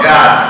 God